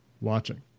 watching